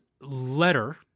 letter